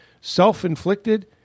self-inflicted